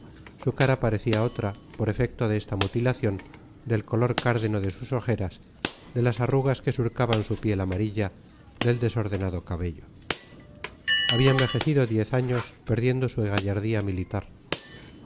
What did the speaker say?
su cara parecía otra por efecto de esta mutilación del color cárdeno de sus ojeras de las arrugas que surcaban su piel amarilla del desordenado cabello había envejecido diez años perdiendo su gallardía militar